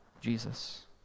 Jesus